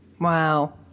Wow